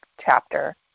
chapter